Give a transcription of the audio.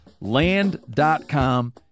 Land.com